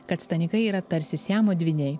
kad stanikai yra tarsi siamo dvyniai